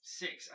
six